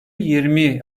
yirmi